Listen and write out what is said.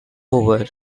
over